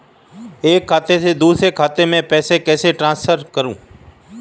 एक खाते से दूसरे खाते में पैसे कैसे ट्रांसफर करें?